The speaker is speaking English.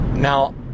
Now